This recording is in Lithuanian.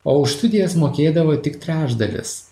o už studijas mokėdavo tik trečdalis